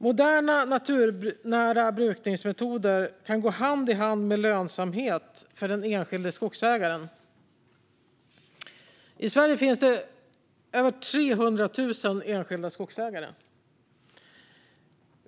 Moderna, naturnära brukningsmetoder kan gå hand i hand med lönsamhet för den enskilda skogsägaren. I Sverige finns det över 300 000 enskilda skogsägare.